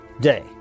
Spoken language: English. day